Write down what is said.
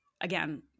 again